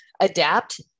adapt